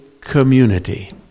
community